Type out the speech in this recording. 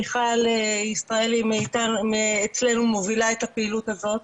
מיכל ישראלי מאצלנו מובילה את הפעילות הזאת,